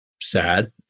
sad